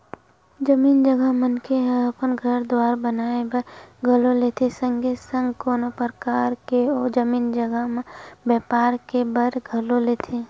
जमीन जघा मनखे ह अपन घर दुवार बनाए बर घलो लेथे संगे संग कोनो परकार के ओ जमीन जघा म बेपार करे बर घलो लेथे